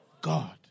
God